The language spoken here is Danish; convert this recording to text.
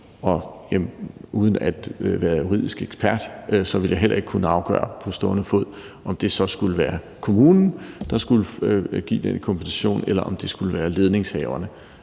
Uden at være juridisk ekspert ville jeg heller ikke kunne afgøre på stående fod, om det så skulle være kommunen, der skulle give den kompensation, eller om det skulle være ledningshaverne,